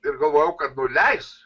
ir galvojau kad nuleis